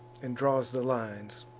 and draws the lines.